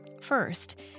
First